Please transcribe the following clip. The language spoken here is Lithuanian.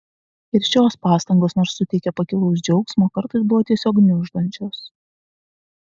ir šios pastangos nors suteikė pakilaus džiaugsmo kartais buvo tiesiog gniuždančios